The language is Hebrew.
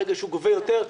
ברגע שהוא גובה יותר,